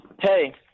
Hey